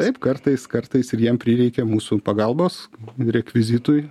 taip kartais kartais ir jiem prireikia mūsų pagalbos rekvizitui